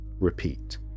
repeat